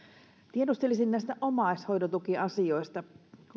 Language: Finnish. tiedustelisin näistä omaishoidon tukiasioista